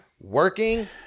working